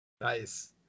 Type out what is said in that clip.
nice